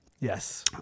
Yes